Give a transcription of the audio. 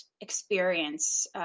experience